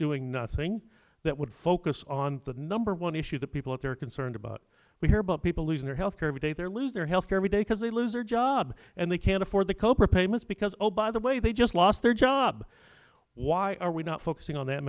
doing nothing that would focus on the number one issue that people out there are concerned about we hear about people losing their health care every day they're lose their health care when they cause they lose their job and they can't afford the cobra payments because oh by the way they just lost their job why are we not focusing on that